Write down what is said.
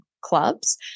clubs